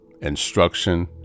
instruction